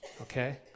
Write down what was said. okay